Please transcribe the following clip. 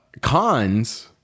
Cons